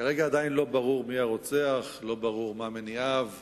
כרגע עדיין לא ברור מי הרוצח, לא ברור מה מניעיו,